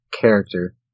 character